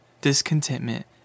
discontentment